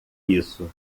isso